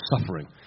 suffering